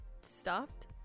stopped